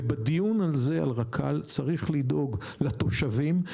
ובדיון הזה על רכ"ל צריך לדאוג לתושבים.